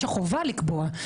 יש החובה לקבוע,